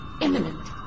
imminent